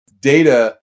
data